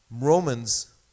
Romans